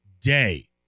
day